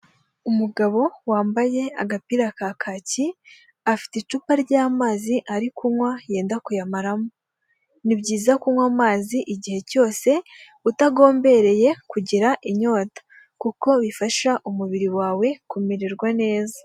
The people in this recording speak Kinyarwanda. Umugabo wambaye agapira ka kaki afite icupa ry'amazi ari kunywa yenda kuyamaramo ni byiza kunywa amazi igihe cyose utagombereye kugira inyota kuko bifasha umubiri wawe kumererwa neza.